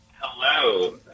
Hello